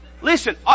Listen